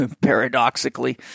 paradoxically